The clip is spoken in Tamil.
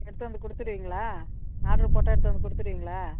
எடுத்து வந்து கொடுத்துடுவீங்களா ஆட்ரு போட்டா எடுத்து வந்து கொடுத்துடுவீங்களா